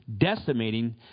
decimating